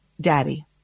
Daddy